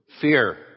fear